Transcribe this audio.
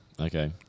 Okay